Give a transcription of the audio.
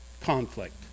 conflict